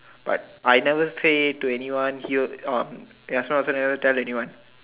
but I never say to anyone here um I also never tell anyone